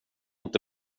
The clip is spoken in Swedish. inte